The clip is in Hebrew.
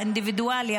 האינדיבידואלי,